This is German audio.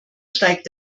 steigt